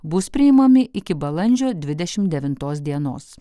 bus priimami iki balandžio dvidešim devintos dienos